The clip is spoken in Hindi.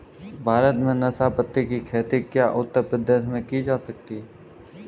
भारत में नाशपाती की खेती क्या उत्तर प्रदेश में की जा सकती है?